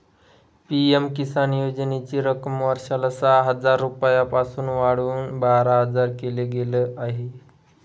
PM Kisan योजनेची रक्कम वर्षाला सहा हजार रुपयांपासून वाढवून बारा हजार केल गेलं आहे